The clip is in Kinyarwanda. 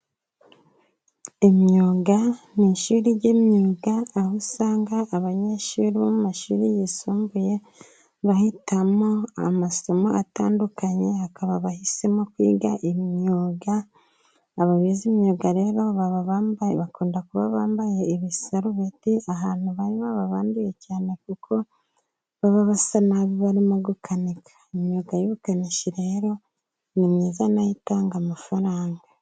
Imyuga ni ishuri ry’imyuga, aho usanga abanyeshuri bo mu mashuri yisumbuye bahitamo amasomo atandukanye. Hakaba abahisemo kwiga imyuga. Aba bize imyuga rero baba bambaye, bakunda kuba bambaye ibisarubeti. Ahantu bari, baba banduye cyane, kuko baba basa n’abarimo gukanika. Imyuga y’ubukanishi, rero ni myiza, nayo itanga amafaranga.